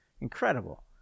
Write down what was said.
incredible